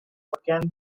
can